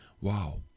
wow